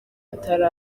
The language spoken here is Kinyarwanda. atari